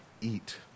eat